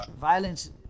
violence